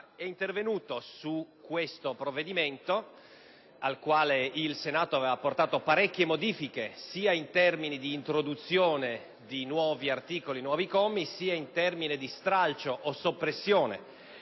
è intervenuto su questo provvedimento, al quale il Senato aveva apportato parecchie modifiche in termini sia di introduzione di nuovi articoli e nuovi commi che di stralcio o soppressione